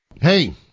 Hey